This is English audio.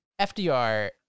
FDR